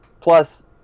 Plus